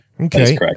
Okay